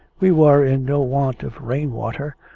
we were in no want of rain-water,